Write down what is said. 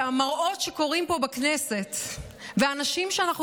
שהמראות שקורים פה בכנסת והאנשים שאנחנו